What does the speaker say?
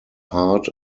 heart